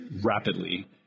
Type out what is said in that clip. rapidly